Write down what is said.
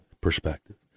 perspective